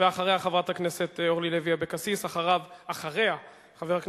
אחריה, חברת